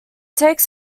takes